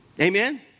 Amen